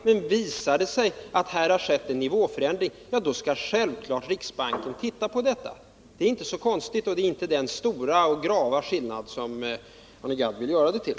Men visar det sig att här har skett en nivåförändring, skall riksbanken självfallet titta på detta. Det är inte så konstigt, och det är inte heller den stora och grava skillnad som Arne Gadd vill göra det till.